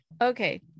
Okay